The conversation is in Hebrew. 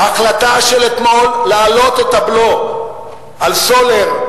ההחלטה של אתמול להעלות את הבלו על סולר,